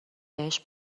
بهش